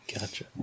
Gotcha